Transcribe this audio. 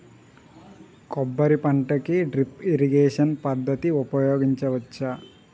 కొబ్బరి పంట కి డ్రిప్ ఇరిగేషన్ పద్ధతి ఉపయగించవచ్చా?